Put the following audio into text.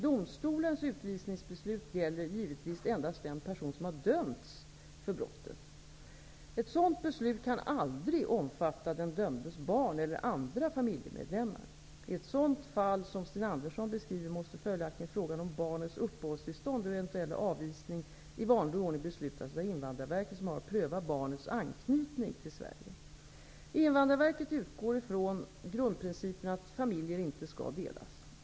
Domstolens utvisningsbeslut gäller givetvis endast den person som har dömts för brottet. Ett sådant beslut kan aldrig omfatta den dömdes barn eller andra familjemedlemmar. I ett sådant fall som Sten Andersson beskriver måste följaktligen frågan om barnets uppehållstillstånd och eventuella avvisning i vanlig ordning beslutas av Invandrarverket, som har att pröva barnets anknytning till Sverige. Invandrarverket utgår från grundprincipen att familjer inte skall delas.